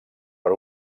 per